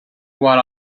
what